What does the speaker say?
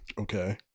Okay